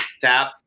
tap